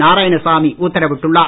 நாராயணசாமி உத்தரவிட்டுள்ளார்